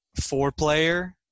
four-player